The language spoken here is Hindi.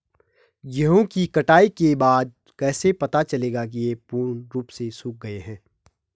गेहूँ की कटाई के बाद कैसे पता चलेगा ये पूर्ण रूप से सूख गए हैं?